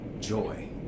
joy